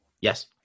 Yes